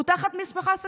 והוא תחת משפחה שכולה.